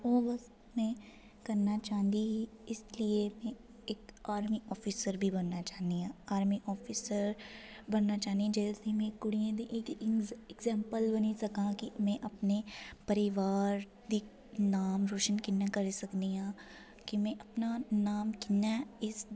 ओह् बस में करना चाहंदी ही इसलिये में इक आर्मी अफसर बनना चाहन्नीं आं आर्मी अफसर बनना चाहन्नीं आं जेह्दे देई में कुड़ियें दी इक एग्जांपल बनी सकां की में अपने परिवार दी नाम रोशन कि'यां करी सकनी आं की में अपना नाम कि'यां इस